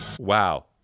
Wow